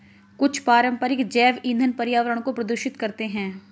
कुछ पारंपरिक जैव ईंधन पर्यावरण को प्रदूषित करते हैं